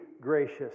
gracious